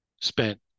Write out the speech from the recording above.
spent